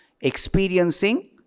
experiencing